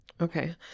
Okay